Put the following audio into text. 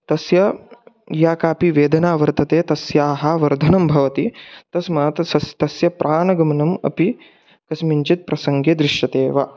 तस्य या कापि वेदना वर्तते तस्याः वर्धनं भवति तस्मात् तस्य तस्य प्राणगमनम् अपि कस्मिंचित् प्रसङ्गे दृश्यतेव